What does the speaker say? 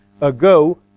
ago